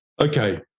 Okay